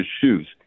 shoes